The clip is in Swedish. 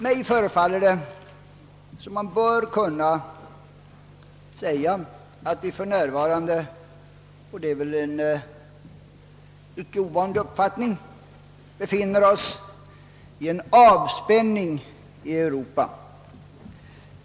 Mig förefaller det som om man bör kunna säga att det för närvarande — och det är väl en icke ovanlig uppfattning — råder en avspänning i Europa.